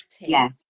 Yes